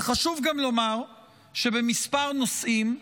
וחשוב גם לומר שבמספר נושאים,